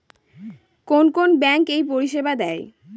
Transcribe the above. কোন কোন ব্যাঙ্ক এই পরিষেবা দেয়?